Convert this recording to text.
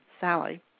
Sally